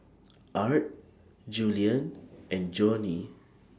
Art Julien and Joanie